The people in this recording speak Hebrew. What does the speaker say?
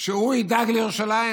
שהוא ידאג לירושלים?